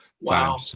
wow